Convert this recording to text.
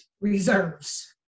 reserves